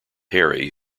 harry